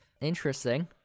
Interesting